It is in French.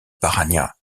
paraná